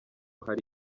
hari